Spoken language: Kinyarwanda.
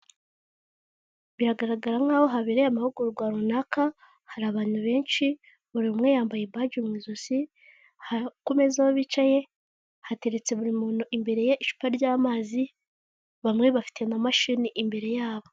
Biragaragara nkaho habereye amahugurwa runaka, hari abantu benshi, buri umwe yambaye baji mu ijosi, ku meza aho bicaye hateretse buri muntu imbere ye icupa ry'amazi, bamwe bafite na mashini imbere yabo.